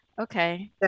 Okay